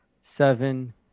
seven